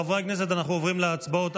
חברי הכנסת אנחנו עוברים להצבעות,